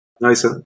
Nice